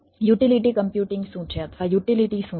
utility computing શું છે અથવા યુટિલિટી શું છે